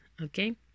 okay